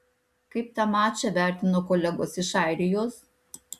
kaip tą mačą vertino kolegos iš airijos